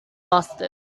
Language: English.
mustard